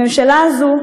הממשלה הזאת,